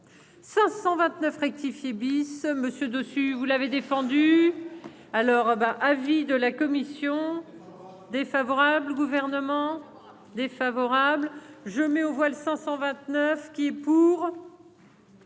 529 rectifié bis monsieur dessus, vous l'avez défendu alors ben avis de la commission défavorable gouvernement défavorable je mets aux voix l'529 qui pour.